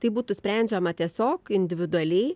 tai būtų sprendžiama tiesiog individualiai